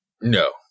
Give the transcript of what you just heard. No